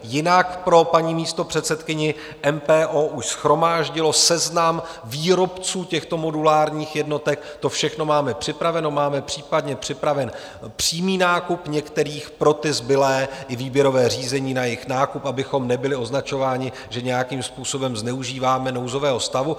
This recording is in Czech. Jinak pro paní místopředsedkyni MPO už shromáždilo seznam výrobců těchto modulárních jednotek, to všechno máme připraveno, máme případně připraven přímý nákup některých pro ty zbylé i výběrové řízení na jejich nákup, abychom nebyli označováni, že nějakým způsobem zneužíváme nouzového stavu.